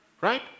right